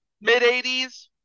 mid-80s